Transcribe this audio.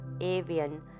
Avian